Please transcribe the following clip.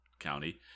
county